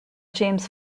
james